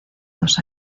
dos